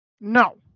No